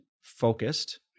focused